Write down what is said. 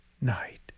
night